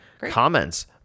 comments